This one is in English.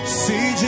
see